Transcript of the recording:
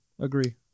Agree